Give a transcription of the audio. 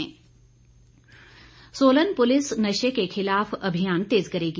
police बैठक Solan police नशे के खिलाफ अभियान तेज करेगी